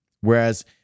Whereas